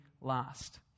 last